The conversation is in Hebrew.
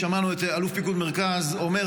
שמענו את אלוף פיקוד מרכז אומר,